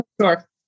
sure